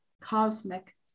cosmic